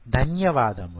ధన్యవాదములు